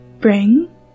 bring